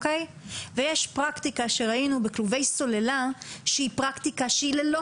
ויש פרקטיקה שראינו בכלובי סוללה שהיא ללא